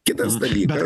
kitas dalykas